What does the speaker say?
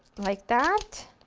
like that.